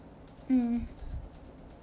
mm